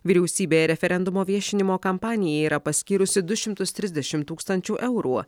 vyriausybėje referendumo viešinimo kampanija yra paskyrusi du šimtus trisdešimt tūkstančių eurų